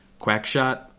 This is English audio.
Quackshot